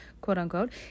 quote-unquote